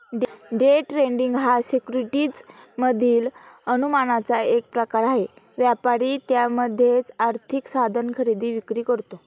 day trading हा securities मधील अनुमानाचा एक प्रकार आहे, व्यापारी त्यामध्येच आर्थिक साधन खरेदी विक्री करतो